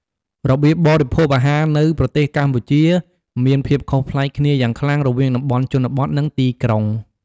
របៀបបរិភោគអាហារនៅប្រទេសកម្ពុជាមានភាពខុសប្លែកគ្នាយ៉ាងខ្លាំងរវាងតំបន់ជនបទ និងទីក្រុង ។